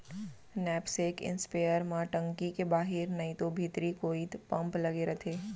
knapsack sprayer म टंकी के बाहिर नइतो भीतरी कोइत पम्प लगे रथे